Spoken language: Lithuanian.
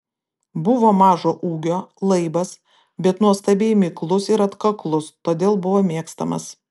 buvo mažo ūgio laibas bet nuostabiai miklus ir atkaklus todėl buvo mėgstamas